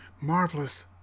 Marvelous